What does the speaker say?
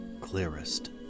clearest